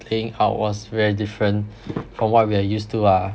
playing out was very different from what we are used to ah